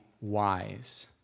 wise